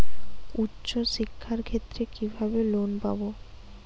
উচ্চশিক্ষার ক্ষেত্রে কিভাবে লোন পাব?